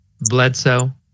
Bledsoe